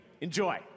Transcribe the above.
Enjoy